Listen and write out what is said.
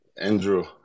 Andrew